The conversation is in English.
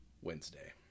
Wednesday